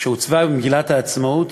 כשעוצבה מגילת העצמאות,